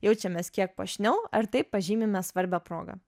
jaučiamės kiek puošniau ar tai pažymime svarbią progą